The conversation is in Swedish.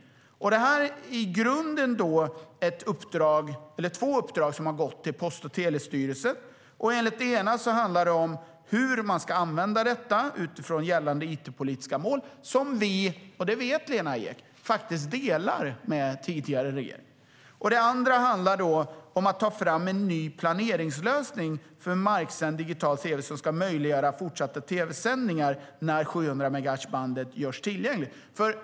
Det har gått två uppdrag till Post och telestyrelsen. Det ena handlar om hur man ska använda detta utifrån gällande it-politiska mål. Lena Ek vet att vi delar det med tidigare regering. Det andra handlar om att ta fram en ny planeringslösning för marksänd digital tv som ska möjliggöra fortsatta tv-sändningar när 700-megahertzbandet görs tillgängligt.